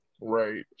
Right